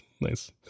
nice